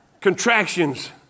Contractions